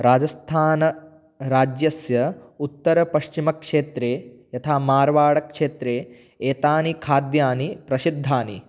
राजस्थानराज्यस्य उत्तरपश्चिमक्षेत्रे यथा मार्वाडक्षेत्रे एतानि खाद्यानि प्रसिद्धानि